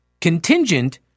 contingent